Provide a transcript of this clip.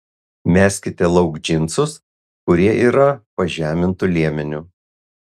meskite lauk džinsus kurie yra pažemintu liemeniu